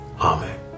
Amen